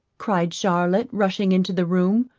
cried charlotte, rushing into the room,